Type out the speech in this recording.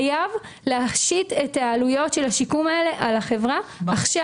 חייבים להשית את העלויות של השיקום האלה על ההחברה עכשיו,